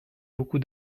beaucoup